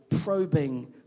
probing